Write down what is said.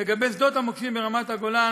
לגבי שדות המוקשים ברמת-הגולן,